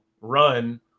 run –